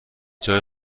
جای